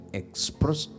express